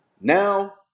Now